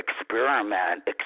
Experiment